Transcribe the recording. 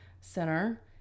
center